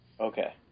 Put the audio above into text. Okay